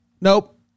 nope